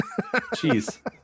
Jeez